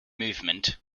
movement